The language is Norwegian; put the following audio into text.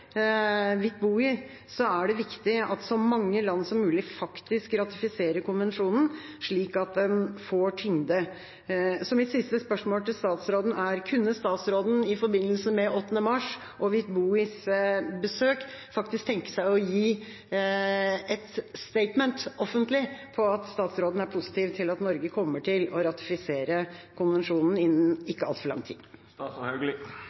er det viktig at så mange land som mulig faktisk ratifiserer konvensjonen, slik at den får tyngde. Mitt siste spørsmål til statsråden er: Kunne statsråden i forbindelse med 8. mars og Witboois besøk tenke seg å gi et «statement» offentlig om at statsråden er positiv til at Norge kommer til å ratifisere konvensjonen innen